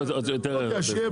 הזמן?